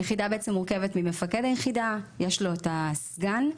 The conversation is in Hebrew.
היחידה מורכבת ממפקד היחידה ויש לו סגן.